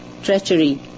Treachery